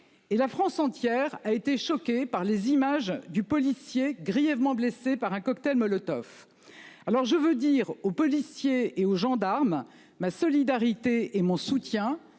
et la France entière a été choquée par les images du policier grièvement blessé par un cocktail Molotov. Alors je veux dire aux policiers et aux gendarmes ma solidarité et mon soutien.